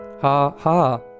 Ha-ha